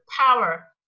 power